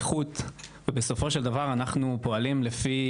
לפי איכות ובסופו של דבר אנחנו פועלים לפי